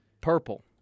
Purple